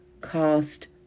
cost